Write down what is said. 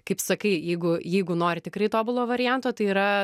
kaip sakai jeigu jeigu nori tikrai tobulo varianto tai yra